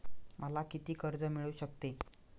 मला किती कर्ज मिळू शकते?